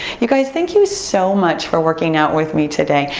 you guys, thank you so much for working out with me today.